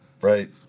right